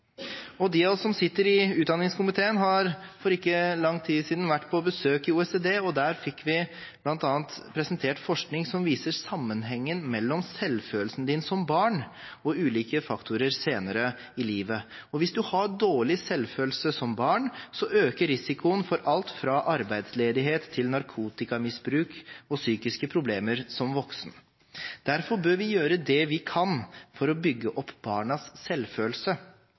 ikke lang tid siden på besøk i OECD, og der fikk vi bl.a. presentert forskning som viser sammenhengen mellom selvfølelsen som barn og ulike faktorer senere i livet. Hvis man har dårlig selvfølelse som barn, øker risikoen for alt fra arbeidsledighet til narkotikamisbruk og psykiske problemer som voksen. Derfor bør vi gjøre det vi kan for å bygge opp barnas selvfølelse,